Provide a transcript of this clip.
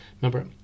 remember